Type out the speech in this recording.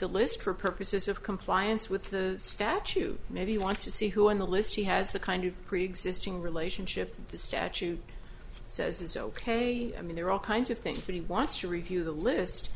the list for purposes of compliance with the statute maybe he wants to see who on the list he has the kind of preexisting relationship that the statute says it's ok i mean there are all kinds of things that he wants to review the list